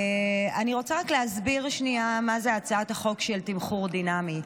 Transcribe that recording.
אני רוצה רק להסביר שנייה מה זה הצעת החוק של תמחור דינמי.